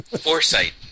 Foresight